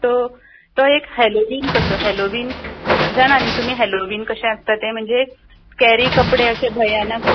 so तो एक Halloween कसो हेलोवीन जाणात न्ही तुमी हेलोवीन कशें आसता तें म्हणजे स्केरी कपडे म्हणजे अशें भयानक